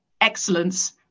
excellence